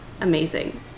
amazing